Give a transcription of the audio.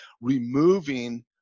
removing